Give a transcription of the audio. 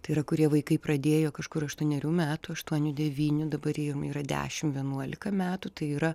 tai yra kurie vaikai pradėjo kažkur aštuonerių metų aštuonių devynių dabar jiem yra dešim vienuolika metų tai yra